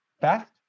fast